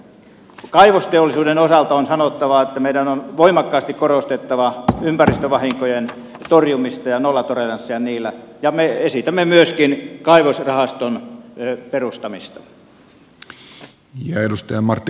kaivosteollisuuden osalta on sanottava että meidän on voimakkaasti korostettava ympäristövahinkojen torjumista ja nollatoleranssia niihin ja me esitämme myöskin kaivosrahaston perustamista